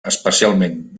especialment